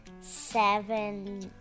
seven